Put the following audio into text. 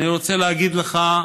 אני רוצה להגיד לך,